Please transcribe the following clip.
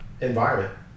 Environment